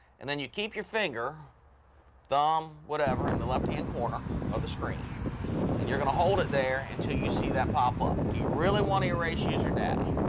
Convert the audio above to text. and then you keep your finger thumb whatever in the left hand corner of the screen and you're gonna hold it there and until you see that pop-up do you really want to erase user data